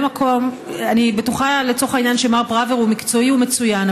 אני בטוחה לצורך העניין שמר פראוור הוא מקצועי ומצוין,